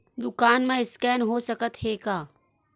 दुकान मा स्कैन हो सकत हे का?